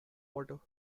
water